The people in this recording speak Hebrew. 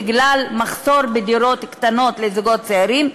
בגלל מחסור בדירות קטנות לזוגות צעירים,